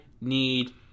need